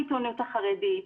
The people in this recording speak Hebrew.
בעיתונות החרדית,